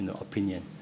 opinion